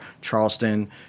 Charleston